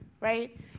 right